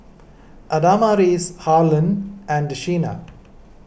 Adamaris Harlen and Sheena